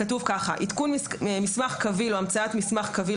כתוב ככה: עדכון מסמך קביל או המצאת מסמך קביל